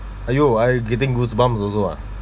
!aiyo! I getting goosebumps also ah